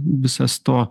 visas to